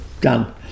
done